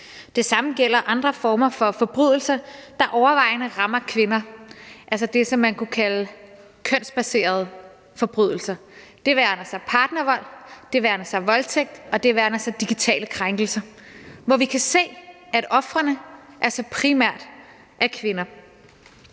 Det samme gælder andre former for forbrydelser, der overvejende rammer kvinder, altså det, man kunne kalde kønsbaserede forbrydelser. Det være sig partnervold, det være sig voldtægt, og det være sig digitale krænkelser, hvor vi kan sige, at ofrene altså primært er kvinder.